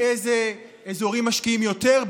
באיזה אזורים משקיעים יותר,